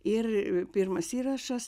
ir pirmas įrašas